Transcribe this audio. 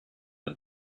and